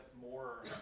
more